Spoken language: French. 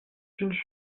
une